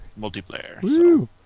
multiplayer